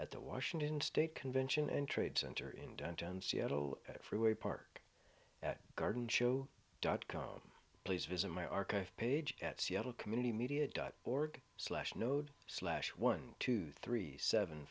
at the washington state convention and trade center in downtown seattle freeway park at garden show dot com please visit my archive page at seattle community media dot org slash node slash one two three seven